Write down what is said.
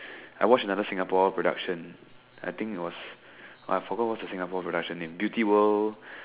I watched another Singapore production I think it was I forgot what's the Singapore production name beauty world